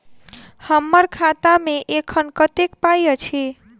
हम्मर खाता मे एखन कतेक पाई अछि?